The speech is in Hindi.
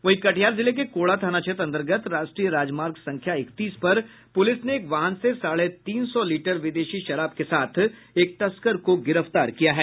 वहीं कटिहार जिले के कोढ़ा थाना क्षेत्र अंतर्गत राष्ट्रीय राजमार्ग संख्या इकतीस पर पुलिस ने एक वाहन से साढ़े तीन सौ लीटर विदेशी शराब के साथ एक तस्कर को गिरफ्तार किया है